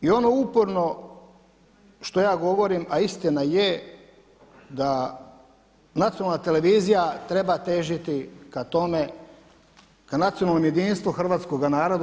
I ono uporno što ja govorim, a istina je da nacionalna televizija treba težiti ka tome ka nacionalnome jedinstvu hrvatskoga naroda.